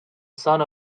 son